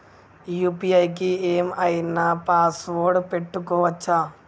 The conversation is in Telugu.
యూ.పీ.ఐ కి ఏం ఐనా పాస్వర్డ్ పెట్టుకోవచ్చా?